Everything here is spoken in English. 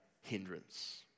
hindrance